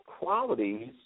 qualities